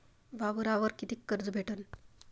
वावरावर कितीक कर्ज भेटन?